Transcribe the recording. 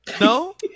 No